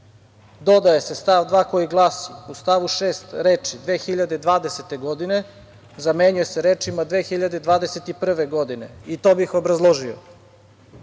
dodaje se stav 2. koji glasi – u stavu 6. reči – 2020. godine, zamenjuje se rečima – 2021. godine. To bih obrazložio.U